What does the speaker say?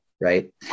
Right